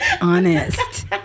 honest